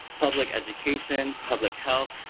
public education, public health,